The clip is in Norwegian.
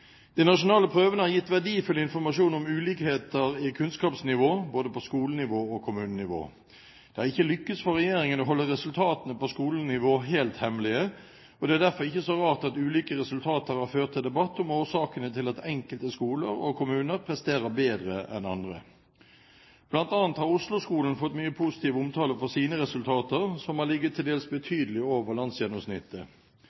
De nasjonale prøvene har gitt verdifull informasjon om ulikheter i kunnskapsnivå, både på skolenivå og kommunenivå. Det har ikke lyktes for regjeringen å holde resultatene på skolenivå helt hemmelige, og det er derfor ikke så rart at ulike resultater har ført til debatt om årsakene til at enkelte skoler og kommuner presterer bedre enn andre. Blant annet har Oslo-skolen fått mye positiv omtale for sine resultater, som har ligget til dels